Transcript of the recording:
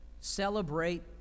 celebrate